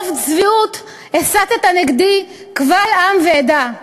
ברוב צביעות הסתָ נגדי קבל עם ועדה.